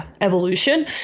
evolution